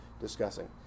discussing